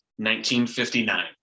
1959